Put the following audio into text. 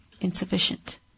insufficient